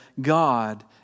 God